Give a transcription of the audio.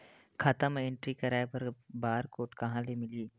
खाता म एंट्री कराय बर बार कोड कहां ले मिलही?